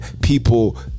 people